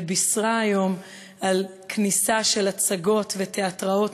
ובישרה היום על כניסה של הצגות ותיאטראות